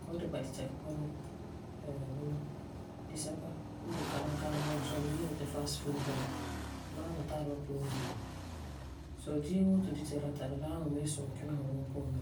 Fu san le ba'am dita bunɔ, ɛɛn bunɔ disɛka n de kalam kalam bunɔ ti Solemia yi'ira fass fuud la me, bama me tari ba puribilɛm mɛ Soo dia woo ti fu dita la tari daaŋɔ mɛ bee sum kina fu vom puan na.